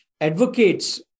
advocates